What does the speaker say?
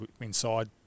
inside